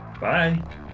Bye